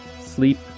sleep